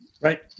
Right